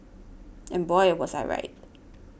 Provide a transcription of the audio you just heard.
and boy was I right